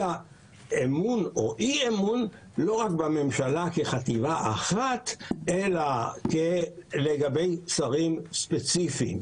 אמון או אי אמון לא רק בממשלה כחטיבה אחת אלא לגבי שרים ספציפיים.